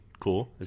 cool